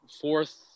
fourth